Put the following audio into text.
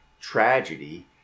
tragedy